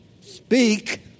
speak